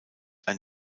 ein